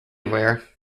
rare